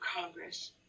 congress